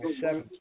seven